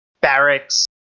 barracks